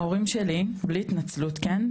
ההורים שלי, בלי התנצלות כן?